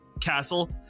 castle